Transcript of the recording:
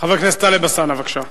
חבר הכנסת טלב אלסאנע, בבקשה.